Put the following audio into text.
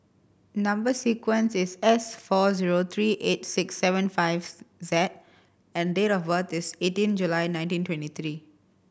number sequence is S four zero three eight six seven five Z and date of birth is eighteen July nineteen twenty three